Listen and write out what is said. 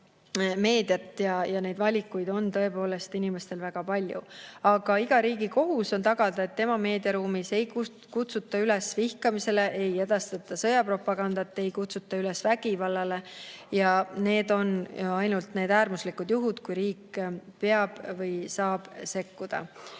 meediat ja neid valikuid on tõepoolest inimestel väga palju. Aga iga riigi kohus on tagada, et tema meediaruumis ei kutsuta üles vihkamisele, ei edastata sõjapropagandat, ei kutsuta üles vägivallale. Need on äärmuslikud juhud, kui riik peab sekkuma või saab sekkuda.